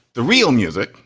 the real music,